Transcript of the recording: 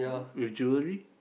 with jewelry